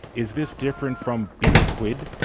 is this different from betel quid?